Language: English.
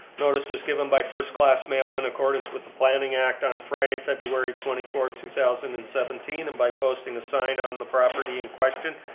notice was given by first class mail in accordance with the planning act on friday, february twenty seven, two thousand and seventeen and by posting a sign on the property in question.